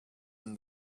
and